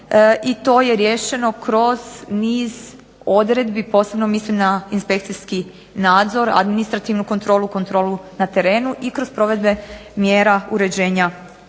i to je riješeno kroz niz odredbi, posebno mislim na inspekcijski nadzor, administrativnu kontrolu, kontrolu na terenu i kroz provedbe mjera uređenja